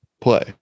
play